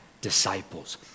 disciples